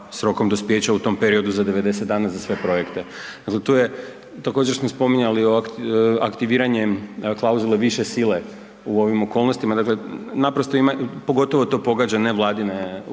s rokom dospijeća u tom periodu za 90 dana za sve projekte. Dakle, tu je, također smo spominjali aktiviranjem klauzule više sile u ovim okolnostima, dakle naprosto ima, pogotovo to pogađa nevladine udruge,